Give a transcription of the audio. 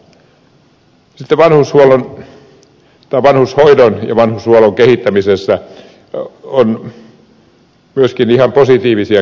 sitten vanhushoidon ja vanhushuollon kehittämisessä on myöskin ihan positiivisia kirjauksia